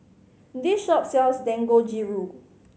this shop sells Dangojiru